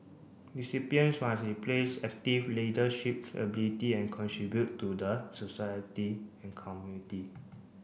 recipients must display active leadership ability and contribute to the society and community